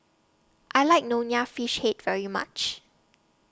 I like Nonya Fish Head very much